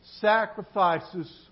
sacrifices